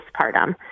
postpartum